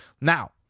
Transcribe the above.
Now